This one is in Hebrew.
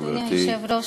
היושב-ראש,